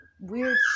weird